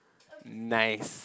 nice